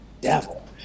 devil